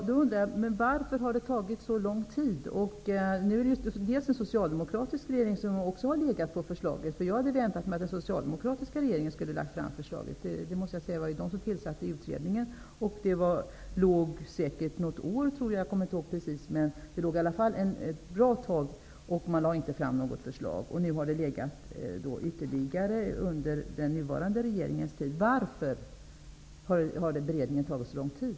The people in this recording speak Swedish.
Fru talman! Varför har det tagit så lång tid? Även den socialdemokratiska regeringen har legat på förslaget. Jag hade förväntat mig att den socialdemokratiska regeringen skulle ha lagt fram förslaget, eftersom det var den som tillsatte utredningen. Jag kommer inte exakt ihåg hur länge beredningen pågick, men den pågick under en ganska lång tid utan att något förslag lades fram. Det har under den nuvarande regeringens tid dröjt ytterligare. Varför har beredningen tagit så lång tid?